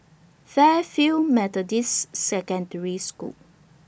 Fairfield Methodist Secondary School